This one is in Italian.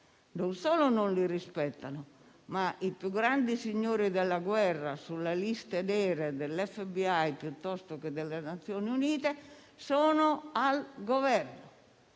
non solo non li rispettano, ma i più grandi signori della guerra sulle liste nere dell'FBI o delle Nazioni Unite sono al Governo,